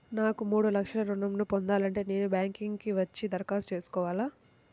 నాకు మూడు లక్షలు ఋణం ను పొందాలంటే నేను బ్యాంక్కి వచ్చి దరఖాస్తు చేసుకోవాలా?